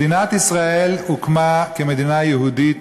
מדינת ישראל הוקמה כמדינה יהודית,